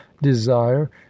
desire